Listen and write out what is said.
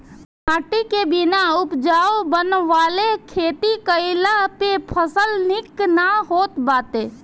माटी के बिना उपजाऊ बनवले खेती कईला पे फसल निक ना होत बाटे